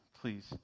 Please